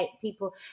people